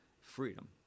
freedom